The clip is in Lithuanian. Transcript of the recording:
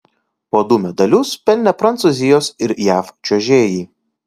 po du medalius pelnė prancūzijos ir jav čiuožėjai